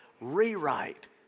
rewrite